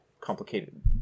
complicated